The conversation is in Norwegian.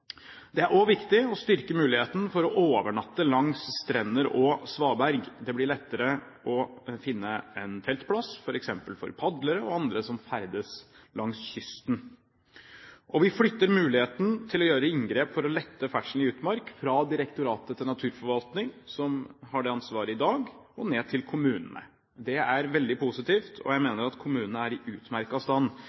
Det er også viktig å styrke muligheten for å overnatte langs strender og svaberg. Det blir lettere å finne en teltplass, f.eks. for padlere og andre som ferdes langs kysten. Vi flytter muligheten til å gjøre inngrep for å lette ferdselen i utmark, fra Direktoratet for naturforvaltning, som har det ansvaret i dag, og ned til kommunene. Det er veldig positivt. Jeg mener at kommunene er i utmerket stand